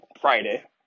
Friday